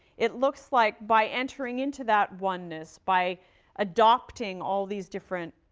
it looks like, by entering into that oneness, by adopting all these different